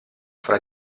fra